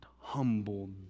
humbled